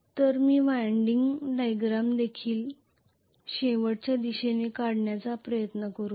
तर मी winding diagram देखील शेवटच्या दिशेने काढण्याचा प्रयत्न करेन